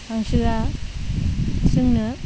हांसोआ जोंनो